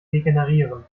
degenerieren